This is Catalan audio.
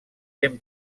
ben